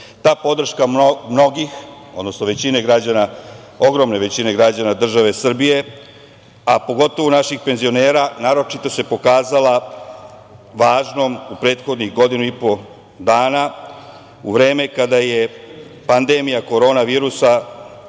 Ta podrška mnogih, odnosno ogromne većine građana države Srbije, a pogotovo naših penzionera, naročito se pokazala važnom u prethodnih godinu i po dana, u vreme kada je pandemija korona virusa